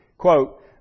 Quote